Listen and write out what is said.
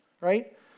right